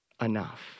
enough